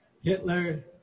Hitler